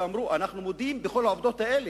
שאמרו: אנחנו מודים בכל העובדות האלה,